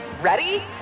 ready